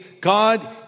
God